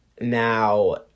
now